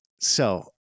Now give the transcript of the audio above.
So-